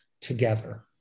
together